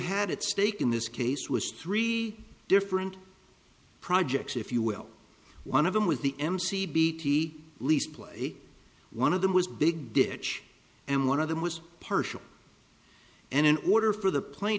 had at stake in this case was three different projects if you will one of them with the mc bt lease platy one of them was big ditch and one of them was partial and in order for the pla